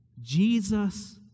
Jesus